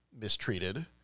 mistreated